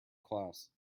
class